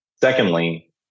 Secondly